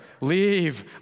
leave